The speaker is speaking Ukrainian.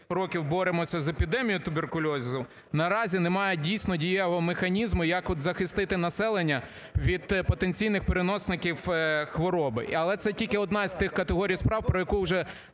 років боремося з епідемією туберкульозу, наразі немає дійсно дієвого механізму, як от захистити населення від потенційних переносників хвороби. Але це тільки одна з тих категорій справ, про яку вже